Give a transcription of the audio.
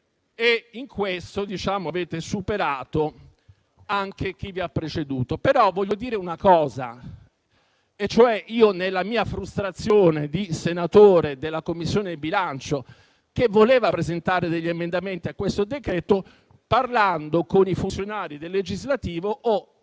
in questo avete superato anche chi vi ha preceduto. Vorrei però dire una cosa. Nella mia frustrazione di senatore della Commissione bilancio che voleva presentare emendamenti a questo decreto, parlando con i funzionari del servizio legislativo ho